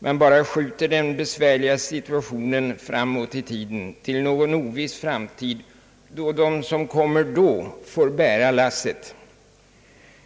Man bara skjuter den besvärliga situationen framåt i tiden, till någon oviss framtid då andra får bära lasset.